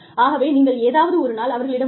ஆகவே நீங்கள் ஏதாவது ஒரு நாள் அவர்களிடம் ஓகே